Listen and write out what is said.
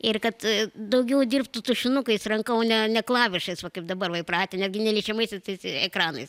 ir kad daugiau dirbtų tušinukais ranka o ne ne klavišais va kaip dabar va įpratinę ne liečiamaisiais tais ekranais